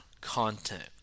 content